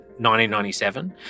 1997